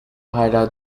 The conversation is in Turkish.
hala